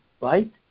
right